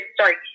sorry